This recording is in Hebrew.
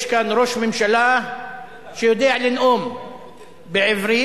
יש כאן ראש ממשלה שיודע לנאום בעברית,